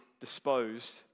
disposed